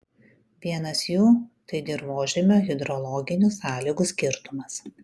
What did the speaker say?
vienas jų tai dirvožemio hidrologinių sąlygų skirtumas